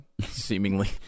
seemingly